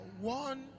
one